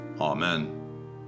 Amen